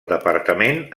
departament